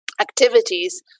activities